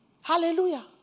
Hallelujah